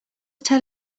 tell